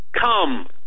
Come